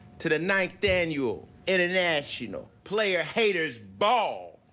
to the ninth annual international player haters ball!